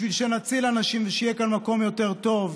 בשביל שנציל אנשים ושיהיה כאן מקום יותר טוב.